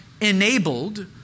enabled